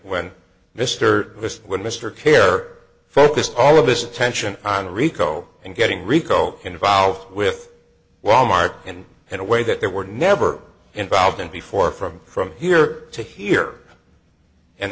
when mr just when mr care focused all of this attention on rico and getting rico involved with wal mart and in a way that they were never involved in before from from here to here and